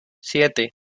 siete